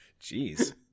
Jeez